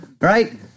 right